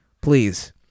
please